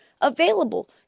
available